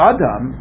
Adam